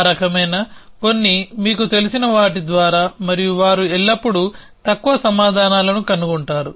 ఆ రకమైన కొన్ని మీకు తెలిసిన వాటి ద్వారా మరియు వారు ఎల్లప్పుడూ తక్కువ సమాధానాలను కనుగొంటారు